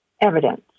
evidence